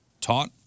taught